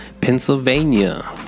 Pennsylvania